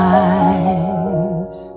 eyes